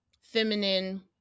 feminine